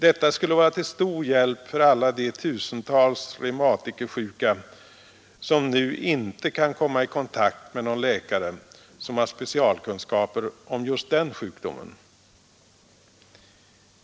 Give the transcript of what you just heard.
Detta skulle vara till stor hjälp för alla de tusentals reumatikersjuka, som nu inte kan komma i kontakt med någon läkare som har specialkunskaper om just den sjukdomen.